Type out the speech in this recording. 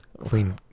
clean